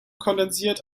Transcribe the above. kondensiert